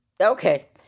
Okay